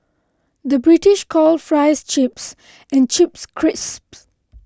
the British calls Fries Chips and Chips Crisps